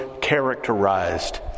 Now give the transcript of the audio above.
characterized